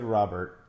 Robert